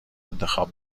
انتخاب